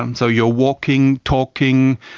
um so you are walking, talking,